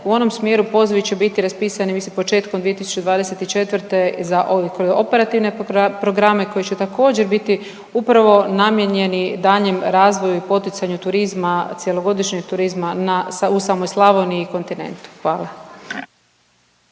u onom smjeru, pozivi će biti raspisani mislim početkom 2024. za ove operativne programe koji će također biti upravo namijenjeni daljnjem razvoju i poticanju turizma, cjelogodišnjeg turizma na, u samoj Slavoniji i kontinentu, hvala.